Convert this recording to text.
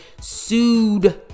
sued